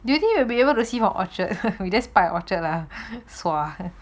do you think you will be able to see for orchard we just park at orchard lah